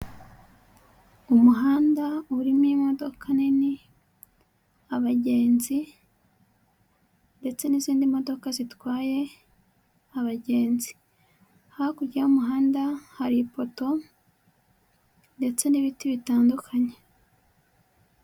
Umuhanda urimo imodoka nini, abagenzi ndetse n'izindi modoka zitwaye abagenzi. Hakurya y'umuhanda hari ipoto ndetse n'ibiti bitandukanye.